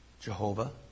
Jehovah